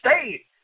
state